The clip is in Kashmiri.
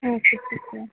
اَچھا بِہِو